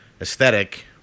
aesthetic